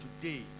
today